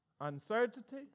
uncertainty